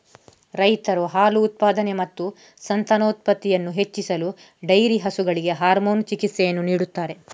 ರೈತರು ಹಾಲು ಉತ್ಪಾದನೆ ಮತ್ತು ಸಂತಾನೋತ್ಪತ್ತಿಯನ್ನು ಹೆಚ್ಚಿಸಲು ಡೈರಿ ಹಸುಗಳಿಗೆ ಹಾರ್ಮೋನ್ ಚಿಕಿತ್ಸೆಯನ್ನು ನೀಡುತ್ತಾರೆ